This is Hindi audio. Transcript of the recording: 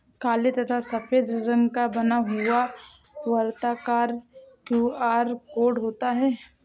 काले तथा सफेद रंग का बना हुआ वर्ताकार क्यू.आर कोड होता है